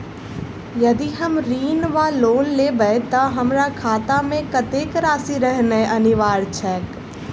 यदि हम ऋण वा लोन लेबै तऽ हमरा खाता मे कत्तेक राशि रहनैय अनिवार्य छैक?